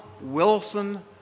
Wilson